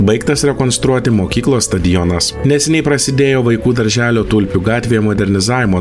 baigtas rekonstruoti mokyklos stadionas neseniai prasidėjo vaikų darželio tulpių gatvėje modernizavimo